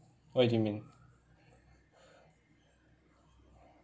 why do you mean